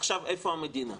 עכשיו איפה המדינה.